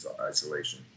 isolation